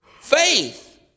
faith